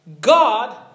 God